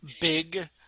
big